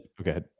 Okay